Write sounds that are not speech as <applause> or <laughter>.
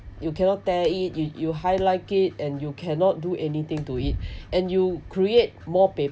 you cannot tear it you you highlight it and you cannot do anything to it <breath> and you create more papers